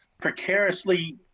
precariously